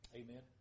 amen